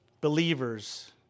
believers